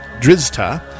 Drizta